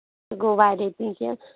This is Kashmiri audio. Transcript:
گوٚو واریاہ کیٚنہہ